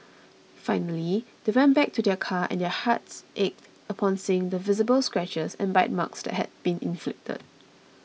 finally they went back to their car and their hearts ached upon seeing the visible scratches and bite marks that had been inflicted